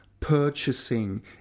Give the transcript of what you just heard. purchasing